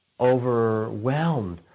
overwhelmed